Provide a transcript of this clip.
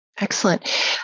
Excellent